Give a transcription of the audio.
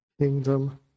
kingdom